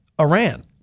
Iran